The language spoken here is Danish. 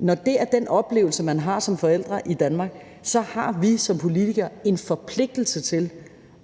Når det er den oplevelse, man som forældre har i Danmark, har vi som politikere en forpligtelse til